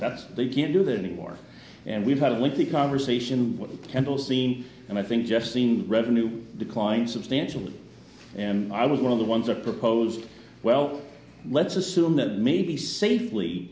that they can't do that anymore and we've had a lengthy conversation and bill seen and i think just seen revenue decline substantially and i was one of the ones that proposed well let's assume that maybe safely